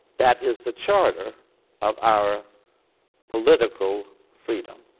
that is the charter of our political freedom.